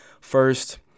First